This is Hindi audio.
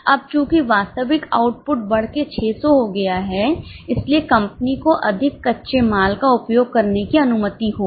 अब चूंकि वास्तविक आउटपुट बढ़कर 600 हो गया है इसलिए कंपनी को अधिक कच्चे माल का उपयोग करने की अनुमति होगी